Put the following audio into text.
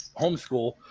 homeschool